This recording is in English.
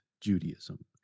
Judaism